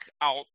out